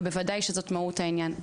ובוודאי שזאת מהות העניין,